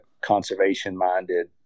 conservation-minded